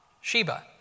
Sheba